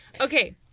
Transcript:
Okay